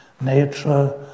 nature